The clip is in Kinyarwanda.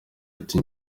ati